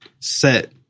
set